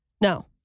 No